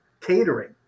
catering